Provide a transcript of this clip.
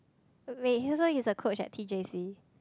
wait so he's a coach at T_J_C